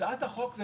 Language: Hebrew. הצעת החוק,